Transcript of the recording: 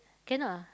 can ah